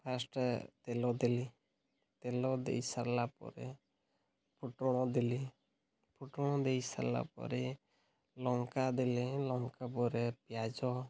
first ତେଲ ଦେଲି ତେଲ ଦେଇସାରିଲା ପରେ ଫୁଟଣ ଦେଲି ଫୁଟଣ ଦେଇସାରିଲା ପରେ ଲଙ୍କା ଦେଲି ଲଙ୍କା ପରେ ପିଆଜ